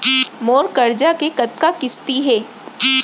मोर करजा के कतका किस्ती हे?